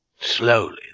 Slowly